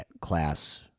class